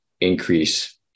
increase